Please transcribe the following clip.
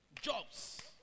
jobs